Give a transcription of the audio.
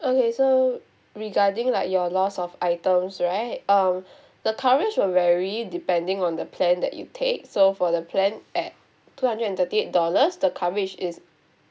okay so regarding like your lost of items right um the coverage will vary depending on the plan that you take so for the plan at two hundred and thirty eight dollars the coverage is